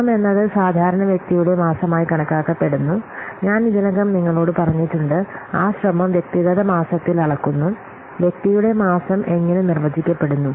ശ്രമം എന്നത് സാധാരണ വ്യക്തിയുടെ മാസമായി കണക്കാക്കപ്പെടുന്നു ഞാൻ ഇതിനകം നിങ്ങളോട് പറഞ്ഞിട്ടുണ്ട് ആ ശ്രമം വ്യക്തിഗത മാസത്തിൽ അളക്കുന്നു വ്യക്തിയുടെ മാസം എങ്ങനെ നിർവചിക്കപ്പെടുന്നു